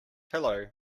hello